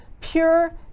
pure